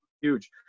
huge